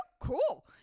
Cool